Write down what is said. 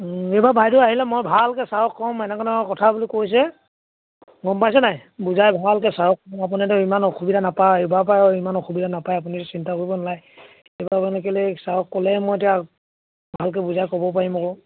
এইবাৰ বাইদেউ আহিলে মই ভালকৈ ছাৰক ক'ম এনেকুৱা তেনেকুৱা কথা বোলো কৈছে গম পাইছে নাই বুজাই ভালকৈ ছাৰক আপুনি যে ইমান অসুবিধা নাপায় এইবাৰৰ পৰা আৰু ইমান অসুবিধা নাপায় আপুনি চিন্তা কৰিব নালাগে এইবাৰ মানে কেলৈ ছাৰক ক'লেই মই এতিয়া ভালকৈ বুজাই ক'ব পাৰিম আকৌ